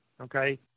Okay